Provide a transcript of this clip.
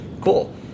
cool